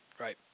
Right